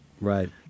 Right